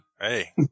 Hey